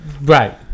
right